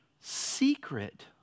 secret